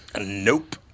Nope